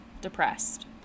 depressed